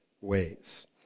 ways